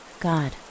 God